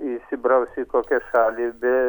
įsibrausiu į kokią šalį be